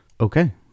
Okay